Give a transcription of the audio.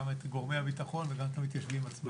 גם את גורמי הביטחון וגם את המתיישבים עצמם.